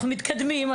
אנחנו מתקדמים.